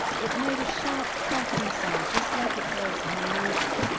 it made a sharp cracking sound, just like it does in the movies.